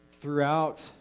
throughout